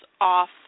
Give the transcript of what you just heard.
off